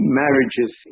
marriages